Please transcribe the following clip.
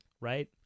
right